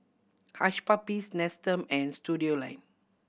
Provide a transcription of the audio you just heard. Hush Puppies Nestum and Studioline